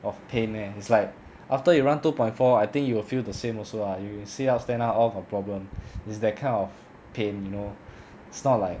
of pain leh it's like after you run two point four I think you will feel the same also lah you sit up stand up all got problem is that kind of pain you know it's not like